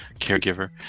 caregiver